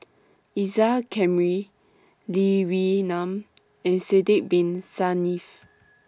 Isa Kamari Lee Wee Nam and Sidek Bin Saniff